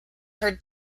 her